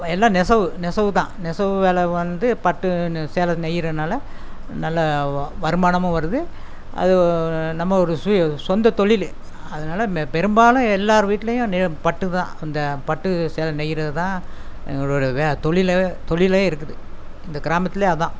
எல்லாம் நெசவு நெசவு தான் நெசவு வேலை வந்து பட்டு நு சேல நெய்கிறனால நல்லா வ வருமானமும் வருது அது நம்ம ஒரு சுய சொந்த தொழில் அதனால மே பெரும்பாலும் எல்லோரு வீட்லேயும் நே பட்டு தான் அந்த பட்டு சேலை நெய்கிறது தான் எங்களோடய வே தொழில் தொழில் இருக்குது இந்த கிராமத்தில் அதான்